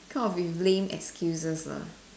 kind of with lame excuses lah